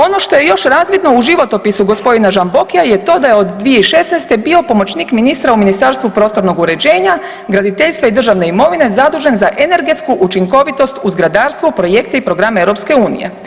Ono što je još razvidno u životopisu gospodina Žambokija je to da je od 2016. bio pomoćnik ministra u Ministarstvu prostornog, uređenja, graditeljstva i državne imovine zadužen za energetsku učinkovitost u zgradarstvu, projekte i programe EU.